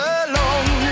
alone